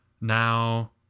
Now